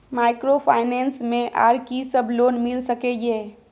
Microfinance मे आर की सब लोन मिल सके ये?